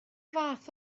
fath